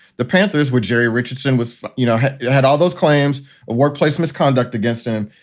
the panthers were jerry richardson was you know, you had all those claims of workplace misconduct against him.